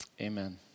Amen